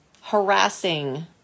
harassing